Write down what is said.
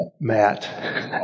Matt